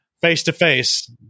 face-to-face